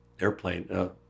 airplane